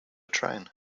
train